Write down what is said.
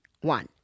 One